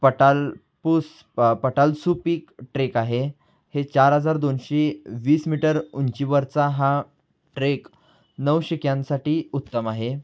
पटालपूस प पटालसूप peak trek आहे हे चार हजार दोनशे वीस मीटर उंचीवरचा हा ट्रेक नवशिक्यांसाठी उत्तम आहे